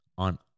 On